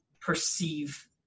perceive